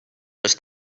los